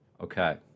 Okay